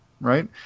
right